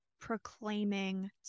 proclaiming